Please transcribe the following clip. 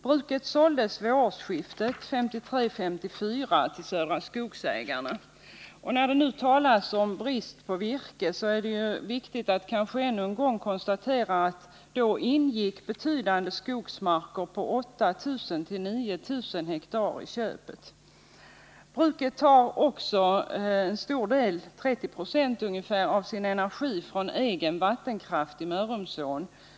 Bruket såldes vid årsskiftet 1953-1954 till Södra Skogsägarna. Och när det nu talas om brist på virke är det viktigt att ännu en gång konstatera att det då ingick betydande skogsmarker på 8 000-9 000 ha i köpet. Bruket tar en stor del, ungefär 30 40. av sin energi från ett eget vattenkraftverk i Mörrumsån.